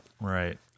right